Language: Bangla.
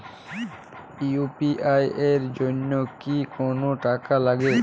ইউ.পি.আই এর জন্য কি কোনো টাকা লাগে?